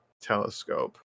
telescope